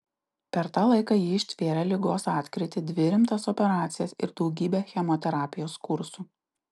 per tą laiką ji ištvėrė ligos atkrytį dvi rimtas operacijas ir daugybę chemoterapijos kursų